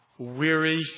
Weary